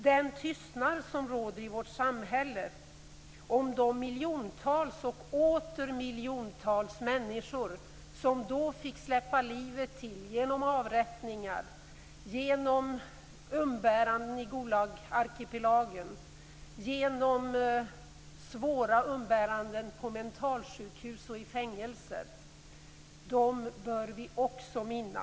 Det råder en tystnad i vårt samhälle om de miljontals och åter miljontals människor som då fick släppa livet till genom avrättningar, genom umbäranden i Gulagarkipelagen, genom svåra umbäranden på mentalsjukhus och i fängelser. Dem bör vi också minnas.